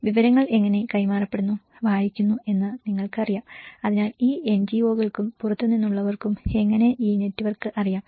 വിവരങ്ങൾ എങ്ങനെ കൈമാറപ്പെടുന്നു വായിക്കുന്നു എന്ന് നിങ്ങൾക്ക് അറിയാം അതിനാൽ ഈ എൻജിഒകൾക്കും പുറത്തുനിന്നുള്ളവർക്കും എങ്ങനെ ഈ നെറ്റ്വർക്ക് അറിയാം